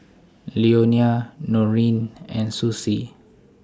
Leonia Noreen and Susie